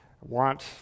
want